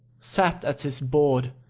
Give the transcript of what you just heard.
sat at his board,